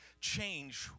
change